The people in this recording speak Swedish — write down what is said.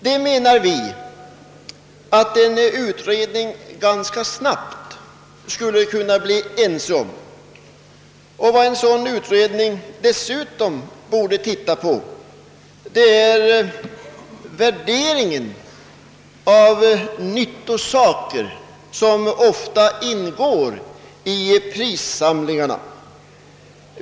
Detta menar vi att en utredning ganska snabbt skulle kunna bli ense om. Och vad en sådan utredning dessutom borde se på är värderingen av nyttosaker, som ofta ingår i prissamlingarna.